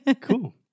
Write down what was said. cool